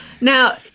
Now